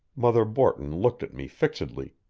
mother borton looked at me fixedly.